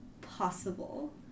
possible